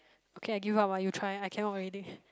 okay I give up ah you try I cannot already